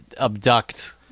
abduct